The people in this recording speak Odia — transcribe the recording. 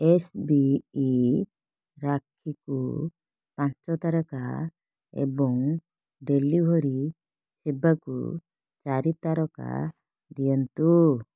ଏସ୍ ବି ଇ ରାକ୍ଷୀକୁ ପାଞ୍ଚ ତାରକା ଏବଂ ଡେଲିଭରି ସେବାକୁ ଚାରି ତାରକା ଦିଅନ୍ତୁ